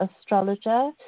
astrologer